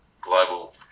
global